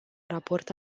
raport